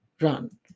run